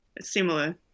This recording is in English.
similar